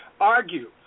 argue